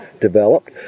developed